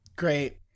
Great